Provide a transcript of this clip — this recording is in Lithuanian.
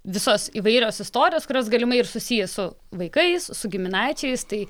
visos įvairios istorijos kurios galimai ir susiję su vaikais su giminaičiais tai